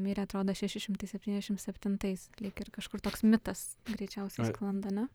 mirė atrodo šeši šimtai septyniasdešim septintais lyg ir kažkur toks mitas greičiausiai sklando ne